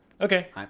Okay